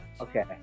Okay